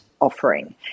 offering